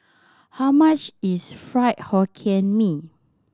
how much is Fried Hokkien Mee